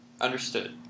Understood